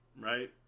right